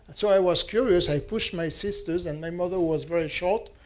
so i was curious. i pushed my sisters and my mother was very short,